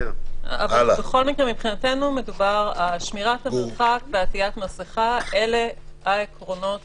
בכל מקרה, שמירת מרחק ועטיית מסיכה אלה העקרונות